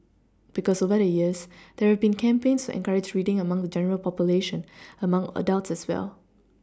because over the years there have been campaigns to encourage reading among the general population among adults as well